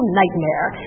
nightmare